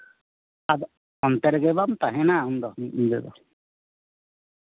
ᱟᱫᱚ ᱚᱱᱛᱮ ᱨᱮᱜᱮ ᱵᱟᱢ ᱛᱟᱦᱮᱱᱟ ᱩᱱᱫᱚ ᱢᱤᱫ ᱧᱤᱫᱟᱹ ᱫᱚ